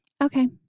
okay